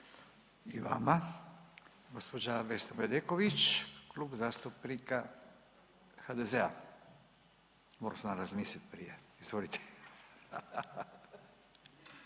I vama. Gđa. Vesna Bedeković, Klub zastupnika HDZ-a, morao sam razmislit prije, izvolite.